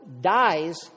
dies